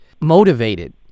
motivated